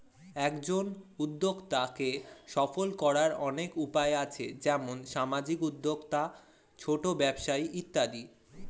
একজন উদ্যোক্তাকে সফল করার অনেক উপায় আছে, যেমন সামাজিক উদ্যোক্তা, ছোট ব্যবসা ইত্যাদি